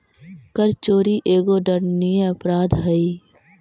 कर चोरी एगो दंडनीय अपराध हई